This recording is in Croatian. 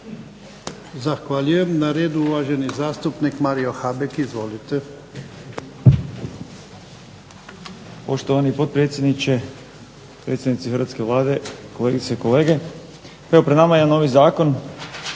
Zahvaljujem. Na redu je uvaženi zastupnik Mario Habek. Izvolite.